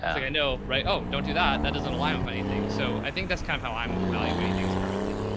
i know, right. oh, don't do that. that doesn't align with anything. so i think that's kind of how i'm evaluating things currently.